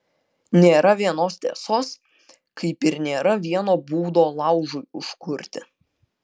nėra vienos tiesos kaip ir nėra vieno būdo laužui užkurti